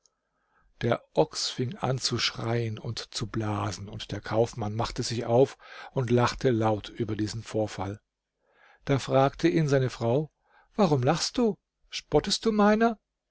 der ochs fing an zu schreien und zu blasen und der kaufmann machte sich auf und lachte laut über diesen vorfall da fragte ihn seine frau warum lachst du spottest du meiner